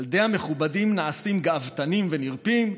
ילדי המכובדים נעשים גאוותנים ונרפים,